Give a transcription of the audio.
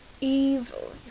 evil